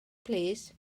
plîs